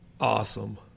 Awesome